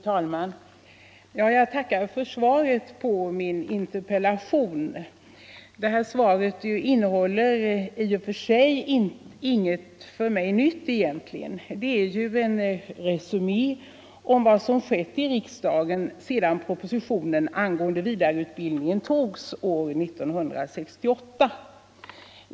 Fru talman! Jag tackar för svaret på min interpellation. Det innehåller i och för sig ingenting för mig nytt; det är en resumé av vad som skett i riksdagen sedan propositionen angående vidareutbildningen togs år 1968.